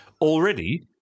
Already